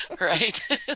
right